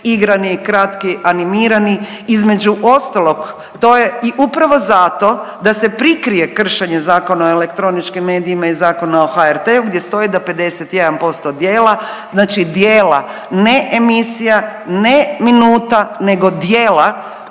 igrani i kratki animirani. Između ostalog to je i upravo zato da se prikrije kršenje Zakona o elektroničkim medijima i Zakona o HRT-u gdje stoji da 51% djela, znači djela ne emisija, ne minuta, nego djela